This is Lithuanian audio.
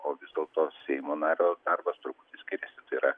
o vis dėlto seimo nario darbas truputį skiriasi tai yra